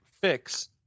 fix